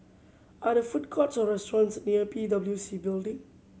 are the food courts or restaurants near P W C Building